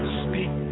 speak